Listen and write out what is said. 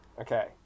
Okay